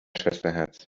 schwesterherz